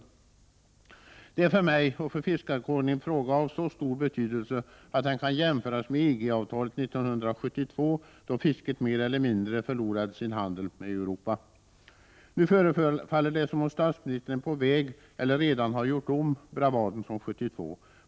Detta är för mig och för fiskarkåren en fråga av så stor betydelse att den kan jämföras med EG-avtalet 1972, då fisket mer eller mindre förlorade sin handel med Europa. Nu förefaller det som om statsministern är på väg att göra om eller redan har gjort om bravaden från 1972.